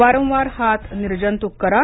वारंवार हात निर्जंतुक करा